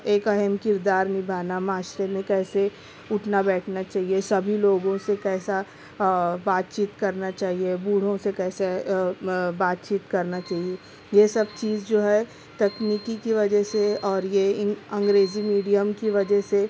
ایک اہم کردار نبھانا معاشرے میں کیسے اُٹھنا بیٹھنا چاہیے سبھی لوگوں سے کیسا بات چیت کرنا چاہیے بوڑھوں سے کیسے بات چیت کرنا چاہیے یہ سب چیز جو ہے تکنیکی کی وجہ سے اور یہ اِن انگریزی میڈیم کی وجہ